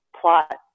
plot